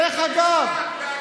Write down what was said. דרך אגב,